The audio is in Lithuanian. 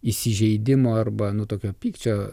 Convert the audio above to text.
įsižeidimo arba nu tokio pykčio